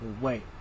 Wait